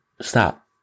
Stop